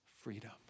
freedom